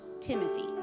Timothy